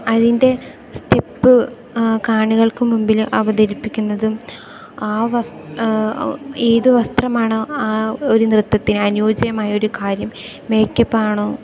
അതിൻ്റെ സ്റ്റെപ്പ് കാണികൾക്ക് മുമ്പില് അവതരിപ്പിക്കുന്നതും ആ വസ് ഏത് വസ്ത്രമാണോ ആ ഒര് നൃത്തത്തിന് അനുയോജ്യയമായൊരു കാര്യം മേക്കപ്പാണോ